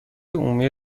عمومی